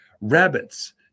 rabbits